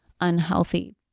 unhealthy